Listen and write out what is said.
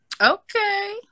Okay